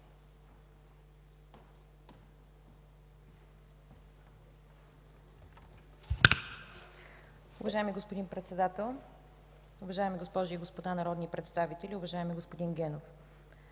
Уважаеми господин Председател, уважаеми дами и господа народни представители! Уважаема госпожо